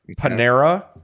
Panera